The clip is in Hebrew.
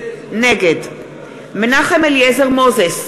נגד מנחם אליעזר מוזס,